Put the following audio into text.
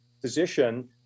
physician